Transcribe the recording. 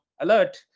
alert